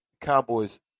Cowboys